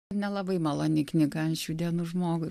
nelabai maloni knyga šių dienų žmogui